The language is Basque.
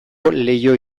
leiho